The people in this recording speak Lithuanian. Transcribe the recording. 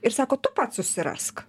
ir sako tu pats susirask